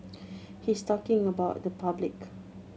he's talking about the public